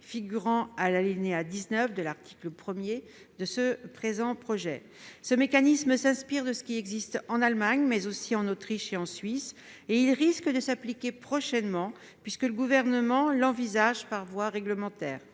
figurant à l'alinéa 19 de l'article 1 du présent texte. Ce mécanisme s'inspire de ce qui existe en Allemagne, mais aussi en Autriche et en Suisse, et il risque de s'appliquer prochainement, le Gouvernement envisageant de le mettre